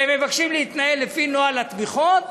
והם מבקשים להתנהל לפי נוהל התמיכות,